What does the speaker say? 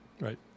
Right